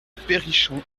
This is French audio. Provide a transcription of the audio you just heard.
perrichon